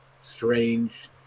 strange